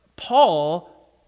Paul